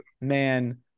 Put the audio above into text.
man